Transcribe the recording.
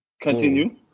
Continue